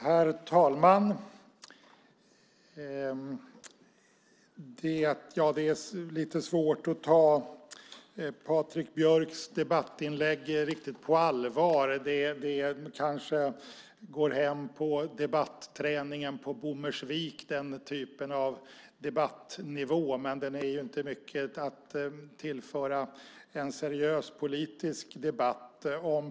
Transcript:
Herr talman! Det är lite svårt att ta Patrik Björcks debattinlägg riktigt på allvar. Inlägg på den debattnivån kanske går hem på debatträningen på Bommersvik, men de har inte mycket att tillföra en seriös politisk debatt.